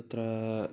तत्र